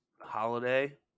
holiday